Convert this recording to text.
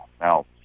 Now